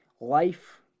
life